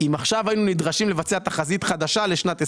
אם עכשיו היינו נדרשים לבצע תחזית חדשה לשנת 23'